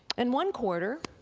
in one quarter,